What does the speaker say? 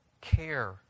care